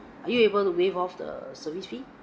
are you able to waive off the service fee